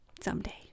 someday